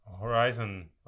horizon